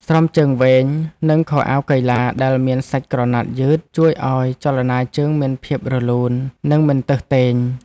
ស្រោមជើងវែង និងខោអាវកីឡាដែលមានសាច់ក្រណាត់យឺត ជួយឱ្យចលនាជើងមានភាពរលូន និងមិនទើសទែង។